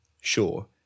sure